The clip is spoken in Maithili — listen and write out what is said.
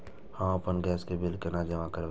हम आपन गैस के बिल केना जमा करबे?